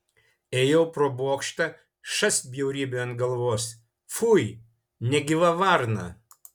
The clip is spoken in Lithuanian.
ėjau pro bokštą šast bjaurybė ant galvos fui negyva varna